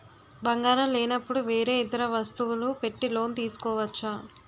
బంగారం లేనపుడు వేరే ఇతర వస్తువులు పెట్టి లోన్ తీసుకోవచ్చా?